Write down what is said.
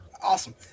Awesome